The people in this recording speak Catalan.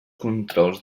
controls